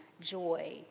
joy